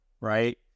right